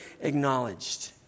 acknowledged